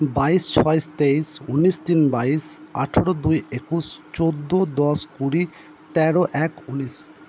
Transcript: বাইশ ছয় তেইশ উনিশ তিন বাইশ আঠেরো দুই একুশ চোদ্দো দশ কুড়ি তেরো এক উনিশ